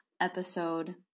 episode